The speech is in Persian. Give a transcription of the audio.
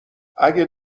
اگه